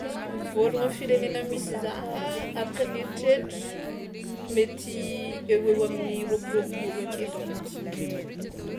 Vôrono am'firenena misy za a araka ny eritreritro mety eo ho eo amin'ny roaporoapolo ake dônko.